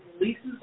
leases